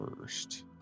first